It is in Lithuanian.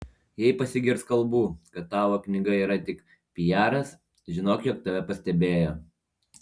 jei pasigirs kalbų kad tavo knyga yra tik pijaras žinok jog tave pastebėjo